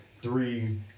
three